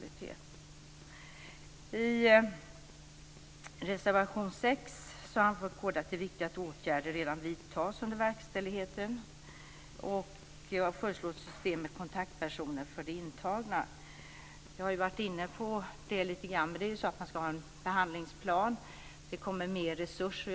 I reservation 6 anför kd att det är viktigt att åtgärder vidtas redan under verkställigheten och föreslår ett system med kontaktpersoner för de intagna. Jag har varit inne på den frågan lite grann. Det ska vara en behandlingsplan. Det ska komma mer resurser.